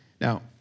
Now